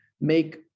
make